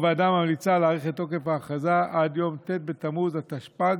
הוועדה ממליצה להאריך את תוקף ההכרזה עד יום ט' בתמוז התשפ"ג,